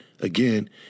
again